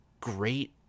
great